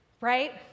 right